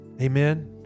Amen